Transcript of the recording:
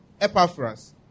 Epaphras